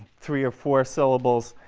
three or four syllables